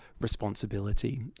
responsibility